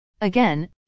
Again